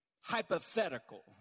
hypothetical